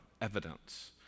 evidence